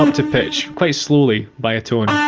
um to pitch slowly by a tone. yeah